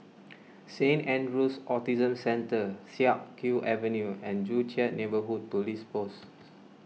Saint andrew's Autism Centre Siak Kew Avenue and Joo Chiat Neighbourhood Police Post